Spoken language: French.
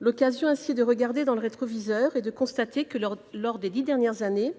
l'occasion de regarder dans le rétroviseur et de constater que, lors des dix dernières années,